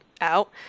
out